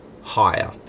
higher